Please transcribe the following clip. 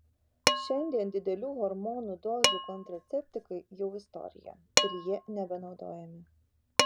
šiandien didelių hormonų dozių kontraceptikai jau istorija ir jie nebenaudojami